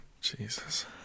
Jesus